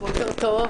בוקר טוב,